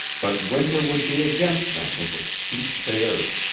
but winter would be against them with its teeth bared,